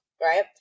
right